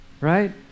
Right